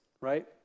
right